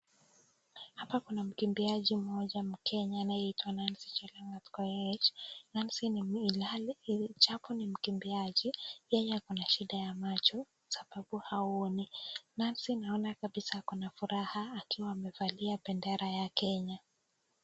Hapa kuna mkimbiaji mmoja Mkenya anayeitwa Nancy Chelangat Koech. Nancy iihali jambo ni mkimbiaji, yeye ako na shida ya macho sababu haoni. Nancy naona kabisa ako na furaha akiwa amevalia bendera ya Kenya.